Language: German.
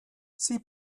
sie